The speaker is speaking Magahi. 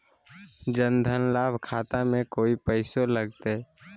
जन धन लाभ खाता में कोइ पैसों लगते?